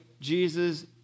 Jesus